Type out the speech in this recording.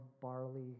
barley